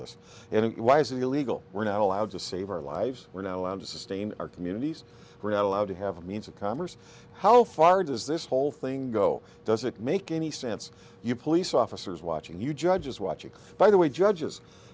it illegal we're not allowed to save our lives we're now allowed to sustain our communities grad allowed to have a means of commerce how far does this whole thing go does it make any sense you police officers watching you judges watching by the way judges